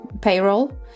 payroll